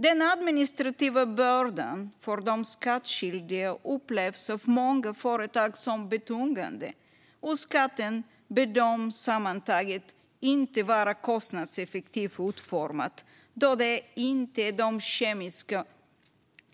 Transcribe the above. Den administrativa bördan för de skattskyldiga upplevs av många företag som betungande, och skatten bedöms sammantaget inte vara kostnadseffektivt utformad eftersom det inte är de kemiska